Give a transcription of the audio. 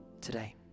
Today